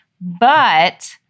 But-